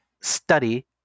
study